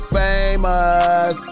famous